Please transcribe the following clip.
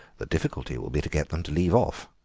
the difficulty will be to get them to leave off.